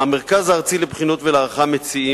המרכז הארצי לבחינות ולהערכה מציע,